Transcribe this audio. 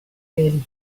really